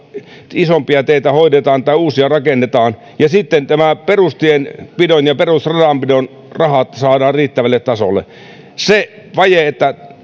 isompia teitä hoidetaan tai uusia rakennetaan ja sitten perustienpidon ja perusradanpidon rahat saadaan riittävälle tasolle se vaje